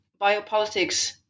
biopolitics